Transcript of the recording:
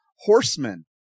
horsemen